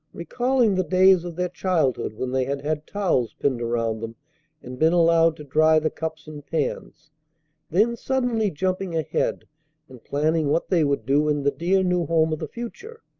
recalling the days of their childhood when they had had towels pinned around them and been allowed to dry the cups and pans then suddenly jumping ahead and planning what they would do in the dear new home of the future.